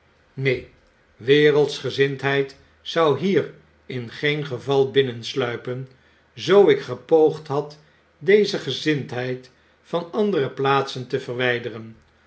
neen wereldschgezindheid zou hier in geen geval binnensluipen zoo ik gepoogd had deze gezindheid van andere plaatsen te verwyderen